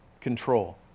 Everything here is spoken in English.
control